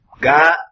God